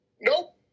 Nope